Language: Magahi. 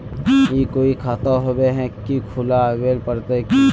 ई कोई खाता होबे है की खुला आबेल पड़ते की?